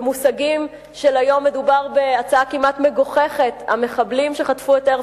במושגים של היום מדובר בהצעה כמעט מגוחכת: המחבלים שחטפו את מטוס "אייר